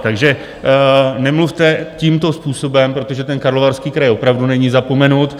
Takže nemluvte tímto způsobem, protože ten Karlovarský kraj opravdu není zapomenut.